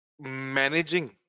managing